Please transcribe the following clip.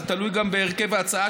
זה תלוי גם בהרכב ההצעה,